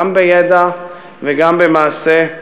גם בידע וגם במעשה.